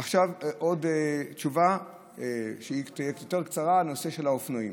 עכשיו תשובה יותר קצרה בנושא האופנועים.